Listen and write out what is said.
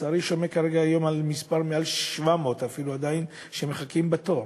לצערי אני שומע היום שמעל 700 איש מחכים עדיין בתור.